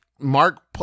mark